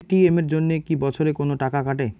ATM এর জন্যে কি বছরে কোনো টাকা কাটে?